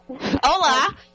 Hola